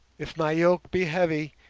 if my yoke be heavy,